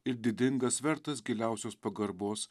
ir didingas vertas giliausios pagarbos